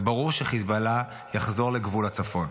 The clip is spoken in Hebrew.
וברור שחיזבאללה ויחזור לגבול הצפון.